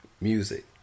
Music